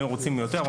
היינו רוצים יותר,